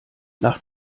nach